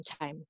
time